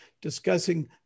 discussing